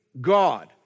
God